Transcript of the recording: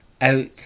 out